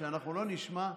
שאנחנו לא נשמע,